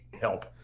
help